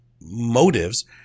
motives